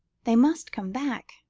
they must come back,